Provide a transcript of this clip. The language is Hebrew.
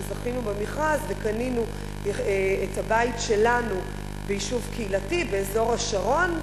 שזכינו במכרז וקנינו את הבית שלנו ביישוב קהילתי באזור השרון,